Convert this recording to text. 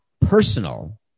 personal